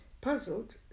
Puzzled